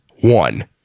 One